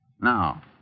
Now